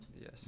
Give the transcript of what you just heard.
Yes